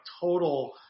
total